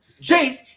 Jace